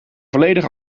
volledig